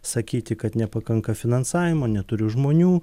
sakyti kad nepakanka finansavimo neturi žmonių